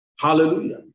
Hallelujah